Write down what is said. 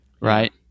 right